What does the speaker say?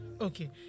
Okay